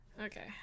Okay